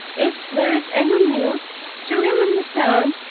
if there's any news stirring in the town,